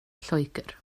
lloegr